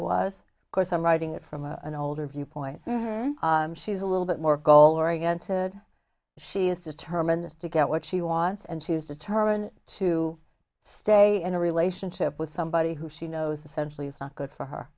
was course i'm writing it from an older viewpoint she's a little bit more goal oriented she is determined to get what she wants and she is determined to stay in a relationship with somebody who she knows essentially is not good for her